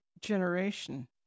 generation